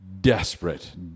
desperate